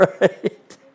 right